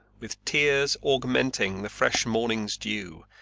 with tears augmenting the fresh morning's dew,